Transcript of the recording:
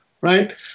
right